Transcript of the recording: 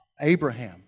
Abraham